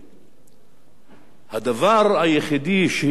הדבר היחידי שהשתנה בנסיבות